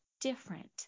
different